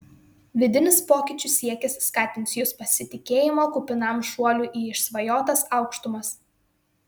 vidinis pokyčių siekis skatins jus pasitikėjimo kupinam šuoliui į išsvajotas aukštumas